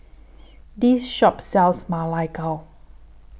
This Shop sells Ma Lai Gao